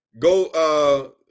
go